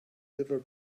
liver